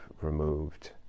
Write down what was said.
removed